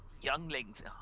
younglings